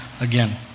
again